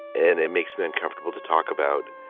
and it makes me uncomfortable to talk about.